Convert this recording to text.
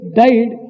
died